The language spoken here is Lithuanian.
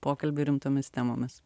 pokalbiai rimtomis temomis